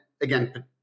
again